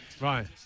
Right